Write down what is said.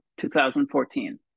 2014